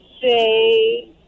say